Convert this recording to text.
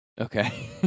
Okay